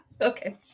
Okay